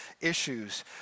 issues